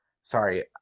sorry